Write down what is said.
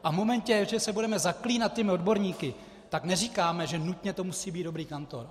A v momentě, že se budeme zaklínat odborníky, tak neříkáme, že nutně to musí být dobrý kantor.